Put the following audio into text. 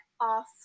off